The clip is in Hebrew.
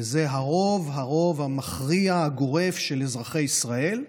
וזה הרוב, הרוב המכריע והגורף של אזרחי ישראל.